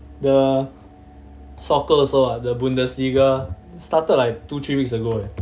the soccer also ah the bundesliga started like two three weeks ago